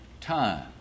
time